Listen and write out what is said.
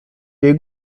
jej